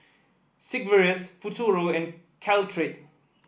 Sigvaris Futuro and Caltrate